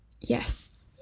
Yes